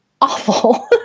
awful